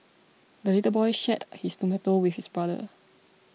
the little boy shared his tomato with his brother